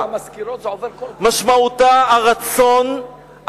משמעותה הרצון,